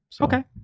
okay